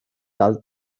del